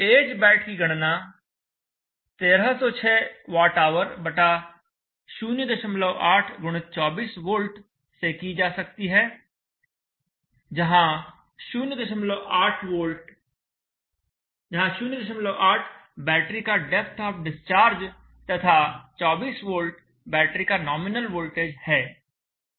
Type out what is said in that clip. Ahbat की गणना 1306 Wh 08 x 24 V से की जा सकती है जहाँ 08 बैटरी का डेप्थ ऑफ डिस्चार्ज तथा 24 V बैटरी का नॉमिनल वोल्टेज है